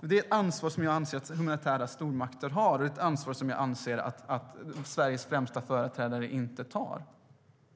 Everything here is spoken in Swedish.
Det är ett ansvar jag anser att humanitära stormakter har, och det är ett ansvar jag anser att Sveriges främsta företrädare inte tar.